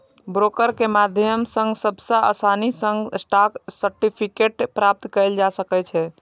broker के माध्यम सं सबसं आसानी सं स्टॉक सर्टिफिकेट प्राप्त कैल जा सकै छै